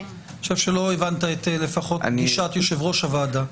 לדעתי, לא הבנת, לפחות, את גישת יושב-ראש הוועדה.